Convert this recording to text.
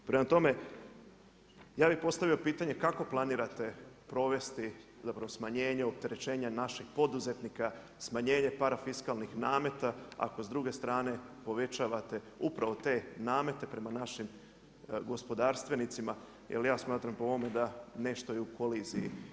Prema tome, ja bih postavio pitanje kako planirate provesti, zapravo smanjenje opterećenja našeg poduzetnika, smanjenje parafiskalnih nameta ako s druge strane povećavate upravo te namete prema našim gospodarstvenicima jer ja smatram po ovome da je nešto i u koliziji.